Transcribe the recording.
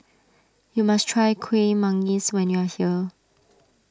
you must try Kuih Manggis when you are here